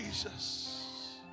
Jesus